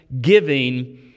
giving